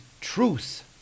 truth